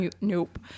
nope